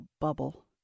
bubble